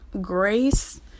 grace